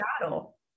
battle